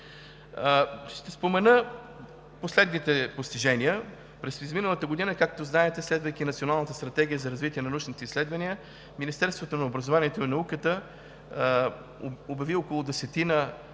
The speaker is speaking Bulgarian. Ще спомена последните постижения. През изминалата година, както знаете, следвайки Националната стратегия за развитие на научните изследвания, Министерството на образованието и науката обяви около десетина